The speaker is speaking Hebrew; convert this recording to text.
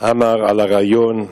עמאר על הרעיון,